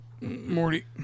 Morty